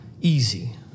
easy